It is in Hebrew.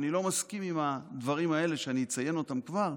אני לא מסכים עם הדברים האלה שאני אציין אותם כבר,